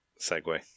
segue